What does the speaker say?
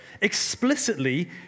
explicitly